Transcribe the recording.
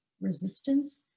Resistance